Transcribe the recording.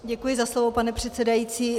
Děkuji za slovo, pane předsedající.